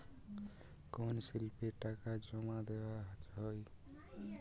কোন স্লিপে টাকা জমাদেওয়া হয়?